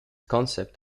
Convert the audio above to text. concept